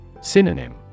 Synonym